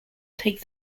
takes